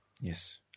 Yes